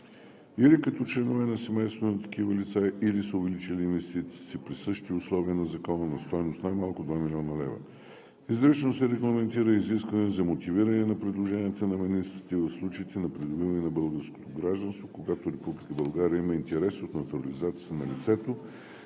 или като членове на семейството на такива лица, или са увеличили инвестицията си при същите условия на Закона на стойност най-малко два милиона лева. Изрично се регламентира и изискване за мотивиране на предложенията на министрите в случаите на придобиване на българско гражданство, когато Република България има интерес от натурализацията на лицето